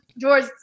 George